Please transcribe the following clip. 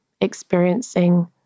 experiencing